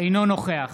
אינו נוכח